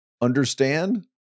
Understand